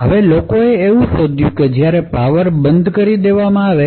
હવે લોકો એવું શોધ્યું કે જ્યારે પાવર બંધ કરી દેવામાં આવે